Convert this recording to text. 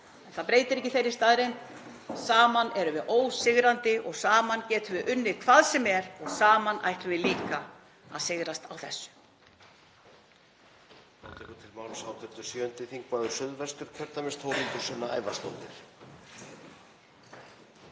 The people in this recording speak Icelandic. á. Það breytir ekki þeirri staðreynd að saman erum við ósigrandi og saman getum við unnið hvað sem er og saman ætlum við líka að sigrast á þessu.